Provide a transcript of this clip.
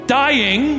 dying